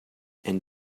and